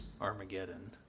Armageddon